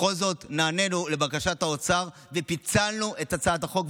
בכל זאת נענינו לבקשת האוצר ופיצלנו את הצעת החוק.